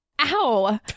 Ow